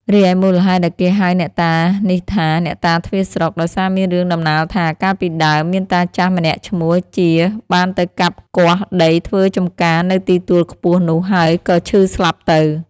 រីឯមូលហេតុដែលគេហៅអ្នកតានេះថា "អ្នកតាទ្វារស្រុក" ដោយសារមានរឿងតំណាលថា កាលពីដើម មានតាចាស់ម្នាក់ឈ្មោះ ជា បានទៅកាប់គាស់ដីធ្វើចម្ការនៅទីទួលខ្ពស់នោះ ហើយក៏ឈឺស្លាប់ទៅ ។